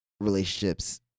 relationships